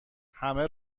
همه